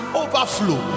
overflow